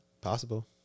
Possible